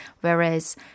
whereas